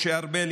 משה ארבל,